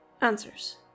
Answers